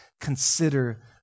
consider